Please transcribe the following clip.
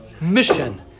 mission